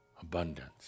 abundance